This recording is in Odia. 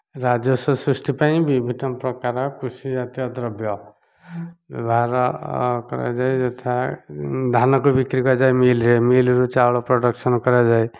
ରାଜସ୍ୱ ସୃଷ୍ଟି ପାଇଁ ବିଭିନ୍ନପ୍ରକାର କୃଷିଜାତୀୟ ଦ୍ରବ୍ୟ ବ୍ୟବହାର କରାଯାଇଥାଏ ଯଥା ଧାନକୁ ବିକ୍ରି କରାଯାଏ ମିଲ୍ରେ ମିଲ୍ରୁ ଚାଉଳ ପ୍ରଡ଼କ୍ସନ୍ କରାଯାଏ